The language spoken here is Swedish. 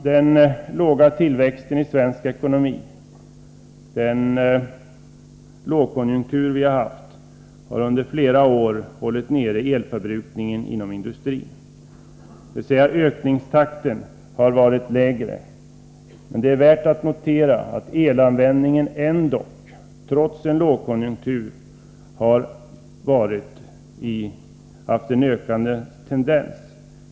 Den låga tillväxten i svensk ekonomi, den lågkonjunktur som vi haft, har under flera år hållit nere elförbrukningen inom industrin, dvs. ökningstakten har varit lägre. Men det är värt att notera att elanvändningen ändock, trots en lågkonjunktur, tenderat att öka.